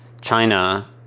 China